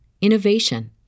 innovation